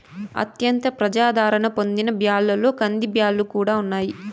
అత్యంత ప్రజాధారణ పొందిన బ్యాళ్ళలో కందిబ్యాల్లు కూడా ఉన్నాయి